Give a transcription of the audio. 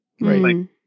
Right